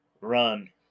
run